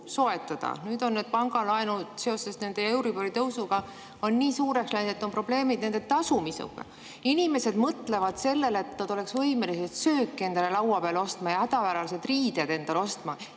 soetada. Nüüd on need pangalaenud seoses euribori tõusuga nii suureks läinud, et on probleeme nende tasumisega. Inimesed mõtlevad sellele, et nad oleks võimelised sööki endale laua peale ostma ja hädapäraseid riideid endale ostma,